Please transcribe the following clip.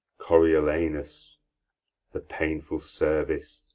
coriolanus the painful service,